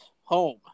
home